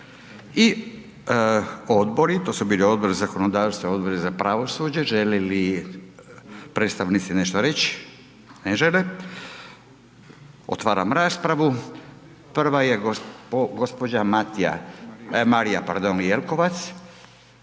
i odbori, to su bili Odbori za zakonodavstvo i Odbori za pravosuđe. Žele li predstavnici nešto reći? Ne žele. Otvaram raspravu. Prva je gospođa Marija Jelkovac,